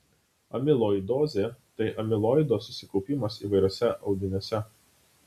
amiloidozė tai amiloido susikaupimas įvairiuose audiniuose